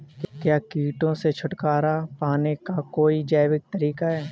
क्या कीटों से छुटकारा पाने का कोई जैविक तरीका है?